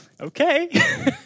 okay